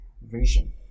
vision